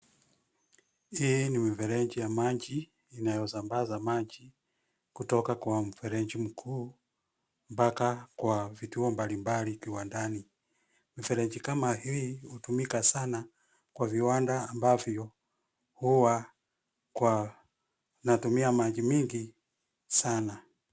Hii ni mifereji ya maji, inayosambaza maji kutoka kwa mfereji mkuu mpaka kwa vituo mbalimbali viwandani. Mifereji kama hii hutumika sana kwa viwanda ambavyo huwa kwa natumia maji mingi sana.